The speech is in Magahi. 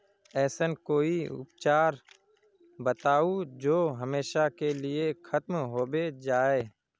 ऐसन कोई उपचार बताऊं जो हमेशा के लिए खत्म होबे जाए?